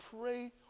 pray